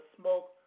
smoke